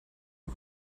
auf